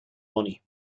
money